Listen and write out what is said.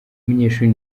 munyeshuri